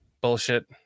Bullshit